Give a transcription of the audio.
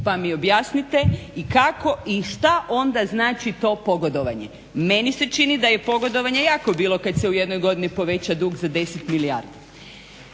pa mi objasnite kako i što onda znači to pogodovanje? Meni se čini da je pogodovanje jako bilo kada se u jednoj godini poveća dug za 10 milijardi.